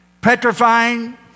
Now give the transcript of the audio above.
petrifying